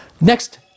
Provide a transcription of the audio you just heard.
next